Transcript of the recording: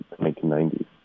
1990s